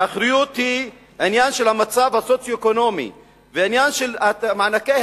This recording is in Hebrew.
האחריות היא עניין של המצב הסוציו-אקונומי ושל מענקי